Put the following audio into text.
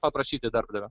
paprašyti darbdavio